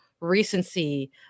recency